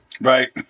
Right